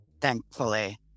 thankfully